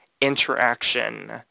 interaction